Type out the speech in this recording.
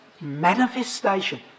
manifestation